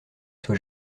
soit